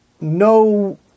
no